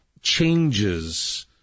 changes